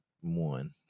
one